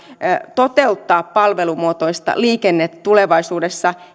toteuttaa palvelumuotoista liikennettä tulevaisuudessa